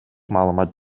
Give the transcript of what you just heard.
маалымат